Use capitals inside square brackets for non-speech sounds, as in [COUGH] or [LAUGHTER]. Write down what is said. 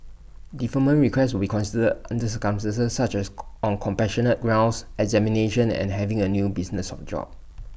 deferment requests will be considered under circumstances such as [NOISE] on compassionate grounds examinations and having A new business of job